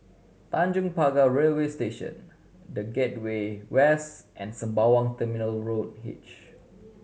Tanjong Pagar Railway Station The Gateway West and Sembawang Terminal Road H